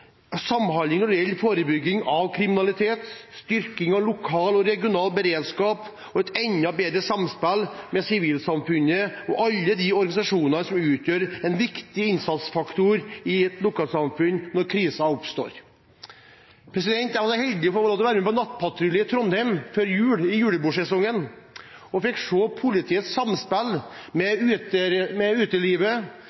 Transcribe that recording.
samhandling når det gjelder forebygging av kriminalitet og styrking av lokal og regional beredskap, og et enda bedre samspill med sivilsamfunnet og alle de organisasjonene som utgjør en viktig innsatsfaktor i et lokalsamfunn når krisen oppstår. Jeg var så heldig å få lov til å være med en nattpatrulje i Trondheim før jul, i julebordsesongen, og fikk se politiets samspill med utelivsbransjen, med